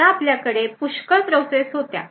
आता आपल्याकडे पुष्कळ प्रोसेस होत्या